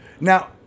Now